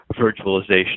virtualization